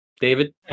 David